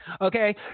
Okay